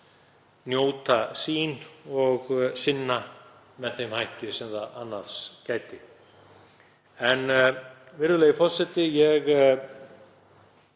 njóta sín og sinna með þeim hætti sem það annars gæti. Virðulegi forseti. Ég